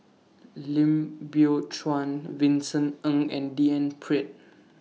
Lim Biow Chuan Vincent Ng and D N Pritt